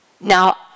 Now